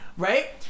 Right